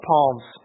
Palms